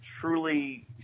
truly